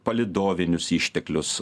palydovinius išteklius